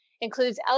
includes